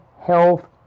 health